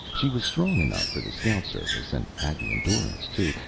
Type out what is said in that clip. she was strong enough for the scout service, and had the endurance, too,